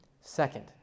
second